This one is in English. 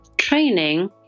training